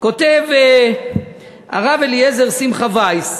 כותב הרב אליעזר שמחה וייס,